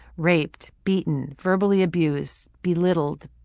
raped, beaten, verbally abused, belittled,